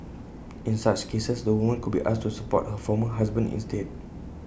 in such cases the woman could be asked to support her former husband instead